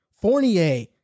Fournier